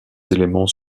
éléments